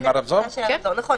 נכון,